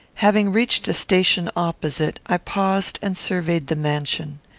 having reached a station opposite, i paused and surveyed the mansion.